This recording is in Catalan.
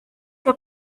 que